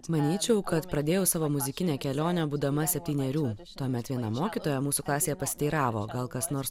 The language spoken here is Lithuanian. manyčiau kad pradėjau savo muzikinę kelionę būdama septynerių tuomet viena mokytoja mūsų klasėje pasiteiravo gal kas nors